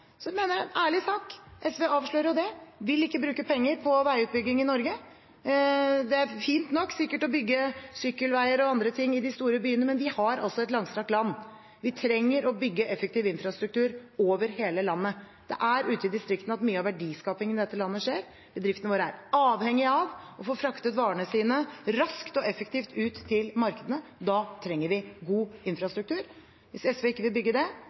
Så mener jeg det er en ærlig sak at SV – de avslører jo det – ikke vil bruke penger på veiutbygging i Norge. Det er sikkert fint nok å bygge sykkelveier og andre ting i de store byene, men vi har altså et langstrakt land. Vi trenger å bygge effektiv infrastruktur over hele landet. Det er ute i distriktene at mye av verdiskapingen i dette landet skjer. Bedriftene våre er avhengig av å få fraktet varene sine raskt og effektivt ut til markedene, og da trenger vi god infrastruktur. Hvis SV ikke vil bygge det,